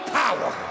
power